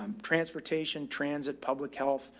um transportation, transit, public health,